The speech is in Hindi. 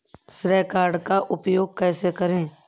श्रेय कार्ड का उपयोग कैसे करें?